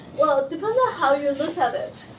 well, depending on how you look at it.